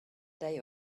day